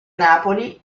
napoli